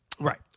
Right